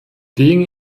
wegen